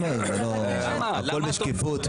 זה מייל, הכול בשקיפות.